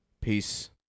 peace